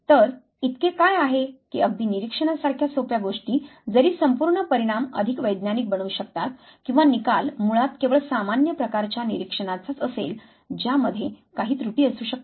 तर इतके काय आहे की अगदी निरीक्षणासारख्या सोप्या गोष्टी जरी संपूर्ण परिणाम अधिक वैज्ञानिक बनवू शकतात किंवा निकाल मुळात केवळ सामान्य प्रकारच्या निरीक्षणाचाच असेल ज्यामध्ये काही त्रुटी असू शकतात